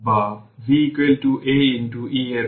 সুতরাং এটি A v0